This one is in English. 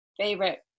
favorite